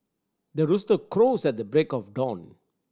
the rooster crows at the break of dawn